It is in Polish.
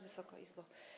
Wysoka Izbo!